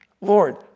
Lord